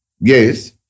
Yes